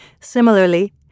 Similarly